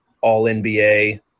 All-NBA